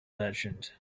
merchant